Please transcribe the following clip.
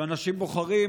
שאנשים בוחרים,